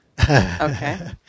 Okay